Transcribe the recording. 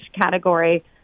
category